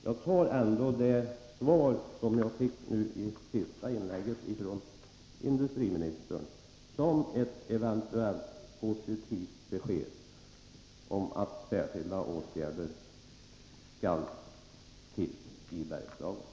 Jag utgår ändå från att det svar som jag fick i det senaste inlägget från industriministern kan tolkas som ett eventuellt positivt besked om att särskilda åtgärder kommer att vidtas i Bergslagen.